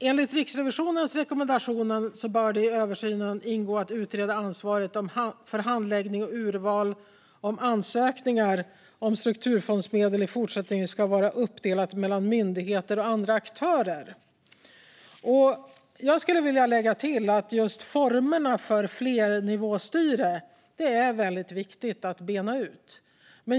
Enligt Riksrevisionens rekommendationer bör det i översynen ingå att utreda om ansvaret för handläggning och urval av ansökningar om strukturfondsmedel i fortsättningen ska vara uppdelat mellan myndigheter och andra aktörer. Jag skulle vilja lägga till att det är viktigt att bena ut formerna för flernivåstyre.